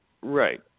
Right